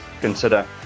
consider